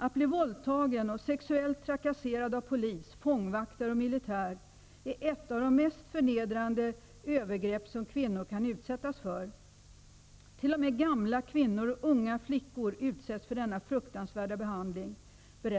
Att bli våldtagen och sexuellt trakasserad av polis, fångvaktare och militär är ett av de mest förnedrande övergrepp som kvinnor kan utsättas för. Amnesty International berättar vidare att t.o.m. gamla kvinnor och unga flickor utsätts för denna fruktanvärda behandling. Detta